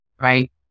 right